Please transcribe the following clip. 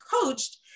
coached